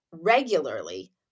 regularly